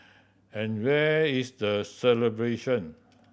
and where is the celebration